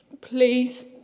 please